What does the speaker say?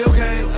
Okay